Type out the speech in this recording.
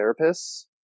therapists